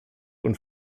und